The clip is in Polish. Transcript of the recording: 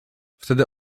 wtedy